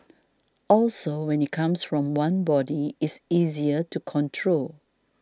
also when it comes from one body it's easier to control